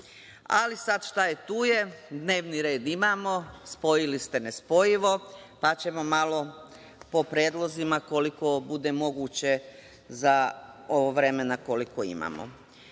Ali, sad šta je tu je, dnevni red imamo, spojili ste nespojivo, pa ćemo malo po predlozima koliko bude moguće za ovo vremena koliko imamo. Zakon